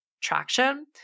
traction